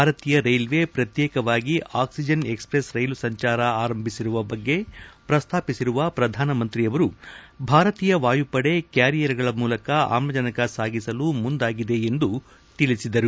ಭಾರತೀಯ ರೈಲ್ವೆ ಪ್ರತ್ಯೇಕವಾಗಿ oxygen express ರೈಲು ಸಂಚಾರ ಆರಂಭಿಸಿರುವ ಬಗ್ಗೆ ಪ್ರಸ್ತಾಪಿಸಿರುವ ಪ್ರಧಾನಮಂತ್ರಿ ಅವರು ಭಾರತೀಯ ವಾಯುಪಡೆ ಕ್ಯಾರಿಯರ್ಗಳ ಮೂಲಕ ಆಮ್ಲಜನಕ ಸಾಗಿಸಲು ಮುಂದಾಗಿದೆ ಎಂದು ಹೇಳಿದರು